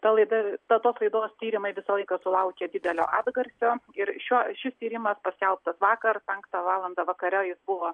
ta laida ta tos laidos tyrimai visą laiką sulaukia didelio atgarsio ir šiuo šis tyrimas paskelbtas vakar penktą valandą vakare jis buvo